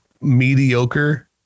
mediocre